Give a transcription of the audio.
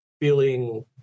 feeling